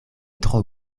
tro